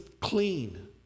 clean